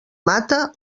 mata